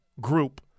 group